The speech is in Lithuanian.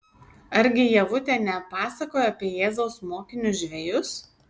argi ievutė nepasakojo apie jėzaus mokinius žvejus